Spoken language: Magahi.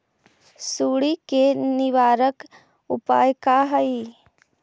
सुंडी के निवारक उपाय का हई?